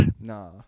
Nah